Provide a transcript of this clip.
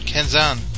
Kenzan